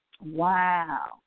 Wow